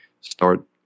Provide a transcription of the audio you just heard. start